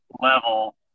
level